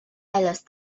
alice